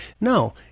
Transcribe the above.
No